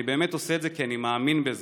אני באמת עושה את זה כי אני מאמין בזה.